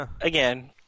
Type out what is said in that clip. again